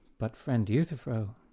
but, friend euthyphro,